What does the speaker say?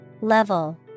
level